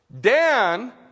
Dan